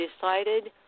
decided